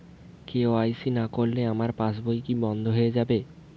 KYC না করলে আমার পাশ বই কি বন্ধ হয়ে যাবে?